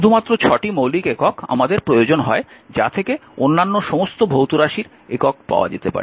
শুধুমাত্র 6টি মৌলিক একক আমাদের প্রয়োজন হয় যা থেকে অন্যান্য সমস্ত ভৌত রাশির একক পাওয়া যেতে পারে